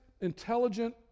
intelligent